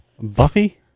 Buffy